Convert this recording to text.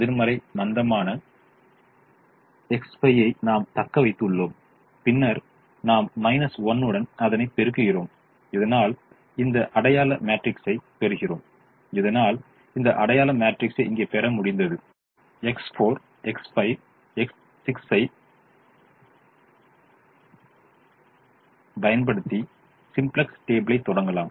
எதிர்மறை மந்தமான X5 ஐ நாம் தக்க வைத்துக் உள்ளோம் பின்னர் நாம் 1 உடன் அதனை பெருக்குகிறோம் இதனால் இந்த அடையாள மேட்ரிக்ஸைப் பெறுகிறோம் இதனால் இந்த அடையாள மேட்ரிக்ஸை இங்கே பெற முடிந்தது X4 X5 X6 ஐப் பயன்படுத்தி சிம்ப்ளக்ஸ் டேபிளைத் தொடங்கலாம்